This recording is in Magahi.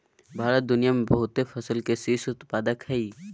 भारत दुनिया में बहुते फसल के शीर्ष उत्पादक हइ